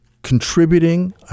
contributing